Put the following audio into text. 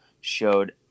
showed